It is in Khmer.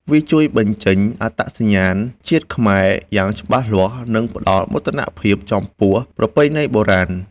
វាជួយបញ្ចេញអត្តសញ្ញាណជាតិខ្មែរយ៉ាងច្បាស់លាស់ និងផ្ដល់មោទនភាពចំពោះប្រពៃណីបុរាណ។